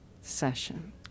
session